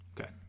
Okay